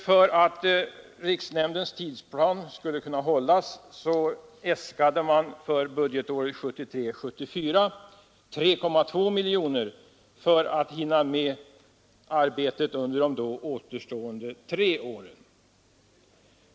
För att riksnämndens tidsplan skulle kunna hållas äskades för budgetåret 1973/74 3,2 miljoner — man syftade till att hinna med arbetet under de återstående tre åren.